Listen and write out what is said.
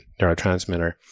neurotransmitter